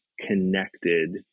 connected